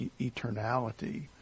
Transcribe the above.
eternality